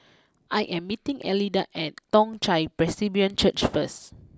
I am meeting Elida at Toong Chai Presbyterian Church first